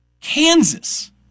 Kansas